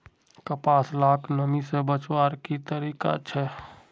कपास लाक नमी से बचवार की तरीका छे?